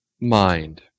mind